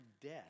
death